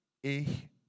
Ich